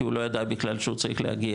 כי הוא לא ידע שהוא צריך להגיע,